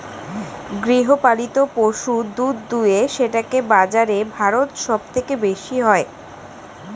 গৃহপালিত পশু দুধ দুয়ে সেটাকে বাজারে ভারত সব থেকে বেশি হয়